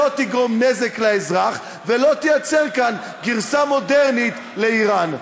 תגרום נזק לאזרח ולא תייצר כאן גרסה מודרנית לאיראן.